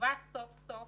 הובא סוף סוף